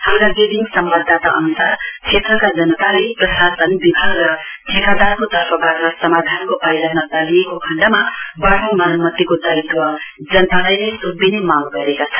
हाम्रा गेजिङ सम्वाददाता अन्सार क्षेत्रका जनताले प्रशासन विभाग र ठेकादारको तर्फबाट समाधानको पाइला नचालिएको खण्डमा बाटो मरम्मतिको दायित्व जनतालाई नै सुम्पिने मांग गरेका छन्